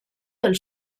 del